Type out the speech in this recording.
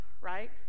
right